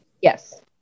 Yes